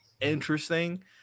interesting